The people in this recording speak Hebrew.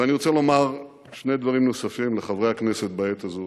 אני רוצה לומר שני דברים נוספים לחברי הכנסת בעת הזאת,